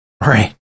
Right